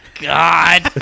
god